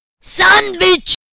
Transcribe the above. Sandwich